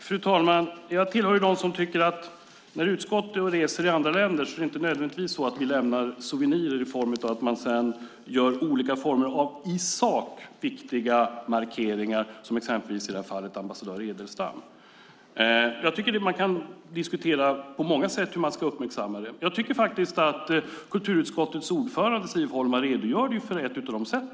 Fru talman! Jag tillhör dem som tycker att det när utskottet reser i andra länder inte nödvändigtvis behöver vara så att vi lämnar souvenirer i form av att senare göra olika former av i sak viktiga markeringar, exempelvis som i fallet ambassadör Edelstam. På många sätt kan man diskutera hur det ska uppmärksammas. Kulturutskottets ordförande Siv Holma tycker jag redogjorde för ett sådant sätt.